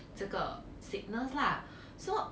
这个 sickness lah so